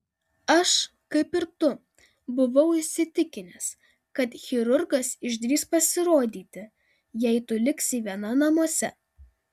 aš kaip ir tu buvau įsitikinęs kad chirurgas išdrįs pasirodyti jei tu liksi viena namuose